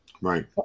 Right